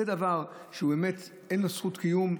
זה דבר שבאמת אין לו זכות קיום,